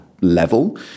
level